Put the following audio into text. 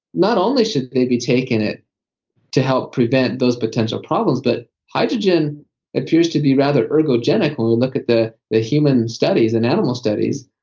not only should they be taking it to help prevent those potential problems, but hydrogen appears to be rather ergogenic when we look at the the human studies, and animal studies,